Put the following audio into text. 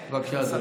בבקשה, אדוני.